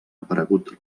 aparegut